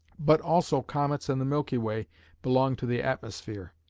but also comets and the milky way belong to the atmosphere.